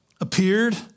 appeared